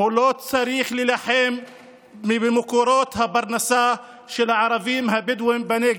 לא צריך להילחם במקורות הפרנסה של הערבים הבדואים בנגב.